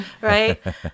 right